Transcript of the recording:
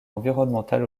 environnemental